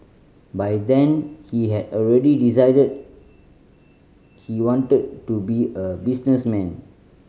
by then he had already decided he wanted to be a businessman